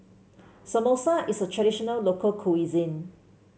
samosa is a traditional local cuisine